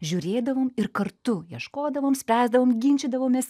žiūrėdavom ir kartu ieškodavom spręsdavom ginčydavomės